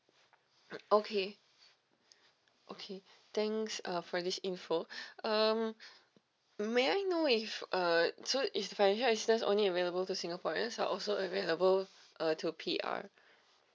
mm okay okay thanks uh for this info um may I know if uh so if financial assistance only available to singaporeans are also available uh to P_R